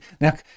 Now